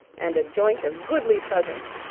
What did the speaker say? and a joint of goodly presence,